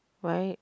right